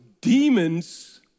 demons